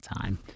time